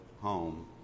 home